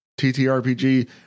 TTRPG